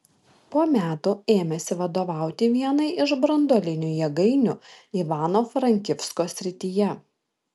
po metų ėmėsi vadovauti vienai iš branduolinių jėgainių ivano frankivsko srityje